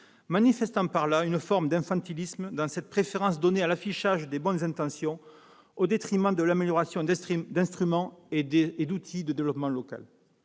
manifestant par là une forme d'infantilisme dans cette préférence donnée à l'affichage des bonnes intentions, au détriment de l'amélioration d'instruments et d'outils de développement local.